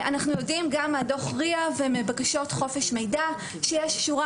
אנחנו יודעים גם מדוח הריא ומבקשות חופש מידע שיש שורה